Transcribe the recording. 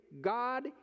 God